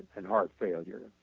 and heart failure.